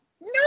No